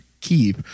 keep